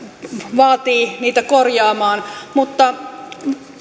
vaatii niitä korjaamaan mutta